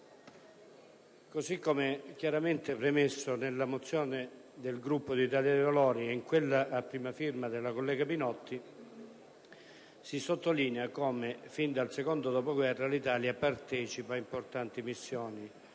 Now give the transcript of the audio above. così come chiaramente premesso nella mozione del Gruppo Italia dei Valori e in quella a prima firma della collega Pinotti, si sottolinea come, fin dal secondo dopoguerra, l'Italia partecipa a importanti missioni